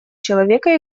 человека